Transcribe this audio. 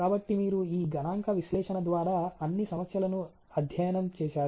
కాబట్టి మీరు ఈ గణాంక విశ్లేషణ ద్వారా అన్ని సమస్యలను అధ్యయనం చేశారు